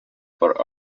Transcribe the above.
for